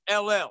LL